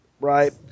right